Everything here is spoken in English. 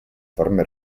former